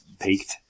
peaked